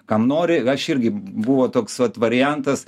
kam nori aš irgi buvo toks vat variantas